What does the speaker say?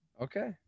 Okay